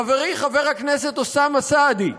חברי חבר הכנסת אוסאמה סעדי,